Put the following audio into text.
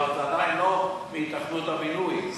אבל זה עדיין לא מהיתכנות הבינוי.